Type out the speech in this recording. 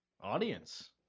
audience